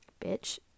bitch